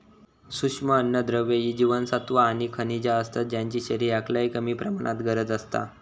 सूक्ष्म अन्नद्रव्य ही जीवनसत्वा आणि खनिजा असतत ज्यांची शरीराक लय कमी प्रमाणात गरज असता